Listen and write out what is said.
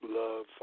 love